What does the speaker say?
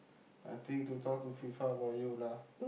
nothing to talk to FIFA about you lah